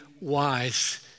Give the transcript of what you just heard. wise